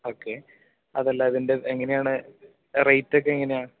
okay അതല്ല അതിൻ്റെ എങ്ങനെയാണ് റേറ്റ് ഒക്കെ എങ്ങനെയാണ്